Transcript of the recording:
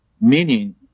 meaning